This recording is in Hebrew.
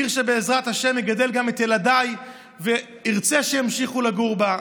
עיר שבעזרת השם אגדל בה גם את ילדיי וארצה שימשיכו לגור בה.